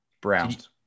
Browns